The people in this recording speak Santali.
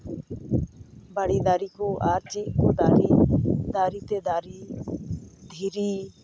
ᱵᱟᱲᱮ ᱫᱟᱨᱮ ᱠᱚ ᱟᱨ ᱪᱮᱫ ᱠᱚ ᱫᱟᱨᱮ ᱫᱟᱨᱮ ᱛᱮ ᱫᱟᱨᱮ ᱫᱷᱤᱨᱤ